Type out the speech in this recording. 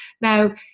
Now